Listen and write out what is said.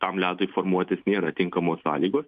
tam ledui formuotis nėra tinkamos sąlygos